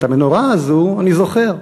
את המנורה הזו אני זוכר.